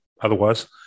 Otherwise